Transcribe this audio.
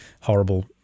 horrible